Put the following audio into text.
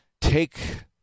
take